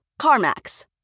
CarMax